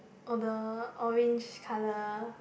oh the orange colour